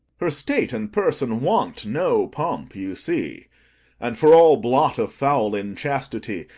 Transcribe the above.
her state and person want no pomp, you see and for all blot of foul inchastity,